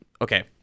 okay